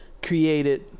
created